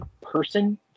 person